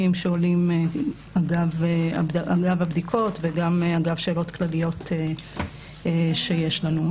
שעולים אגב הבדיקות וגם אגב שאלות כלליות שיש לנו.